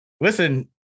listen